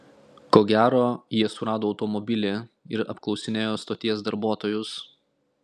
ko gero jie surado automobilį ir apklausinėjo stoties darbuotojus